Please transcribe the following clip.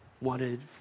wanted